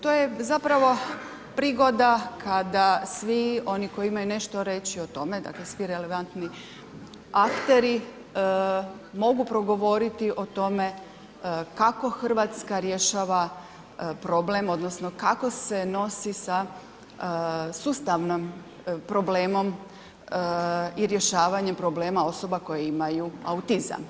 To je zapravo prigoda kada svi oni koji imaju nešto reći o tome, dakle svi relevantni akteri, mogu progovoriti o tome kako Hrvatska rješava problem, odnosno kako se nosi sa sustavnim problemom i rješavanjem problema osobe koje imaju autizam.